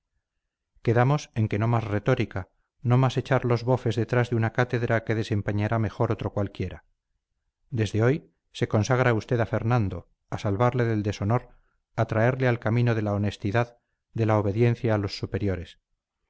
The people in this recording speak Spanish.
quedamos en que no más retórica no más echar los bofes detrás de una cátedra que desempeñará mejor otro cualquiera desde hoy se consagra usted a fernando a salvarle del deshonor a traerle al camino de la honestidad de la obediencia a los superiores